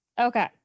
okay